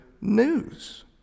news